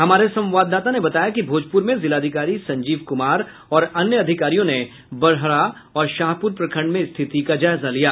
हमारे संवाददाता ने बताया कि भोजपुर में जिलाधिकारी संजीव कुमार और अन्य अधिकारियों ने बड़हरा और शाहपुर प्रखंड में स्थिति का जायजा लिया